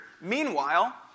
Meanwhile